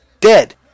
dead